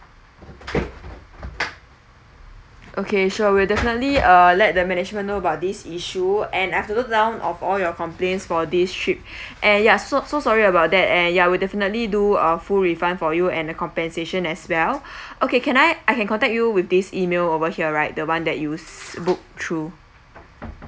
okay sure we'll definitely uh let the management know about this issue and I have to note down of all your complaints for this trip and yeah so so sorry about that and ya we'll definitely do a full refund for you and the compensation as well okay can I I can contact you with this email over here right the one that you s~ booked through